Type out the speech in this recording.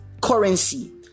currency